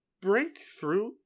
breakthrough